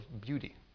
beauty